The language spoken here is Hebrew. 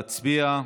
נא להצביע.